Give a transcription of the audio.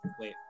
wait